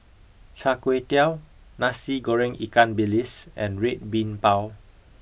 char kway teow nasi goreng ikan bilis and red bean bao